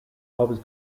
always